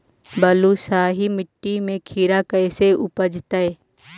बालुसाहि मट्टी में खिरा कैसे उपजतै?